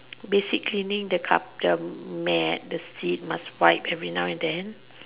basic cleaning the cup the mat the seat must wet every now and then